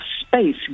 space